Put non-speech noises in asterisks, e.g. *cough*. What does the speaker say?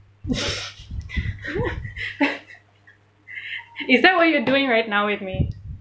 *laughs* is that what you're doing right now with me